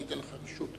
אני אתן לך רשות.